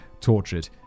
tortured